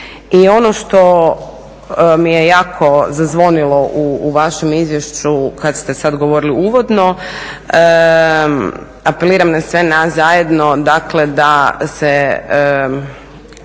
I ono što mi je jako zazvonilo u vašem izvješću kad ste sad govorili uvodno. Apeliram na sve nas zajedno, dakle da se